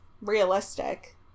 realistic